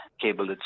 cable